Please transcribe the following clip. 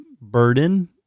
burden